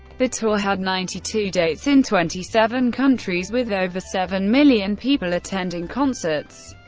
the tour had ninety two dates in twenty seven countries, with over seven million people attending concerts.